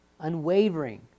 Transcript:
unwavering